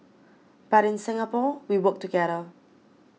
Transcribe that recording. but in Singapore we work together